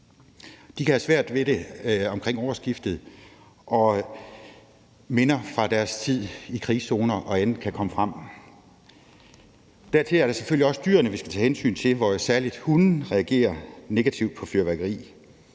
De kan have svært ved det omkring årsskiftet, og minder fra deres tid i krigszoner og andet kan komme frem. Dertil er der selvfølgelig også dyrene, vi skal tage hensyn til, hvor særlig hunde reagerer negativt på fyrværkeri,